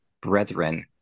brethren